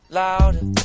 louder